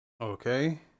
okay